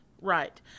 right